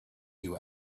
you